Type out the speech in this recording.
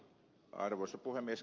arvoisa puhemies